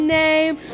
name